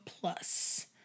Plus